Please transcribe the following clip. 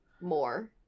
more